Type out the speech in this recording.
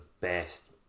best